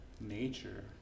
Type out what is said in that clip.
Nature